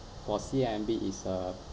for C_I_M_B is a